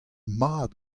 mat